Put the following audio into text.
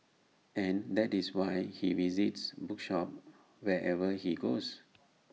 and that is why he visits bookshops wherever he goes